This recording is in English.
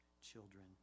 children